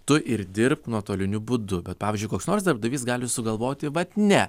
tu ir dirbk nuotoliniu būdu bet pavyzdžiui koks nors darbdavys gali sugalvoti vat ne